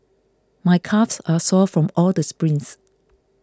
my calves are sore from all the sprints